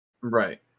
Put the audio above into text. right